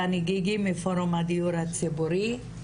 דני גיגי, מפורום הדיור הציבורי.